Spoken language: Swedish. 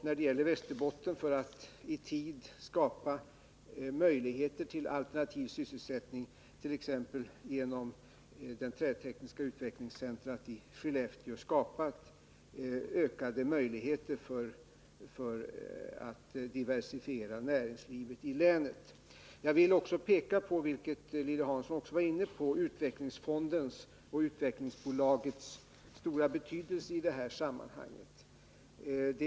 När det gäller Västerbotten har vi också för att i tid ge tillfälle till alternativ sysselsättning —t.ex. genom det trätekniska utvecklingscentret i Skellefteå — skapat ökade möjligheter till diversifiering av näringslivet i länet. Jag vill också peka på utvecklingsfondens och utvecklingsbolagets stora betydelse i detta sammanhang, som Lilly Hansson också var inne på.